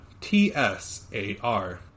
T-S-A-R